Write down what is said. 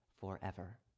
forever